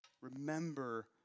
Remember